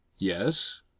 Yes